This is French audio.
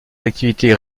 activités